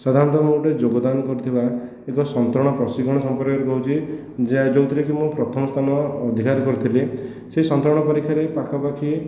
ସାଧାରଣତଃ ମୁଁ ଗୋଟିଏ ଯୋଗଦାନ କରିଥିବା ଏକ ସନ୍ତରଣ ପ୍ରଶିକ୍ଷଣ ସମ୍ପର୍କରେ କହୁଛି ଯେଉଁଥିରେ କି ମୁଁ ପ୍ରଥମ ସ୍ଥାନ ଅଧିକାର କରିଥିଲି ସେ ସନ୍ତରଣ ପରୀକ୍ଷାରେ ପାଖାପାଖି